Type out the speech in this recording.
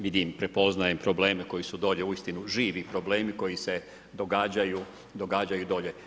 Vidim, prepoznajem probleme koji su dole uistinu živi problemi koji se događaju dolje.